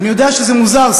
אני יודע שזה מוזר,